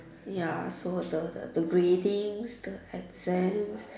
ya so the the the gradings the exams